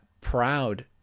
proud